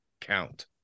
count